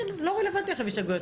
כן, לא רלוונטי עכשיו הסתייגויות.